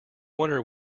wonder